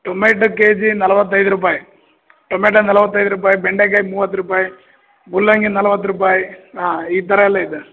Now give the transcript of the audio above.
tomato KG ನಲವತ್ತೈದು ರೂಪಾಯಿ tomato ನಲವತ್ತೈದು ರೂಪಾಯಿ ಬೆಂಡೆಕಾಯಿ ಮೂವತ್ತು ರೂಪಾಯಿ ಮೂಲಂಗಿ ನಲವತ್ತು ರೂಪಾಯಿ ಹಾಂ ಈ ಥರ ಎಲ್ಲ ಇದೆ